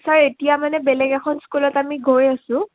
sir এতিয়া মানে বেলেগ এখন স্কুলত আমি গৈ আছো